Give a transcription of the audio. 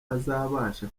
azabasha